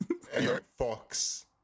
Fox